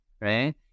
right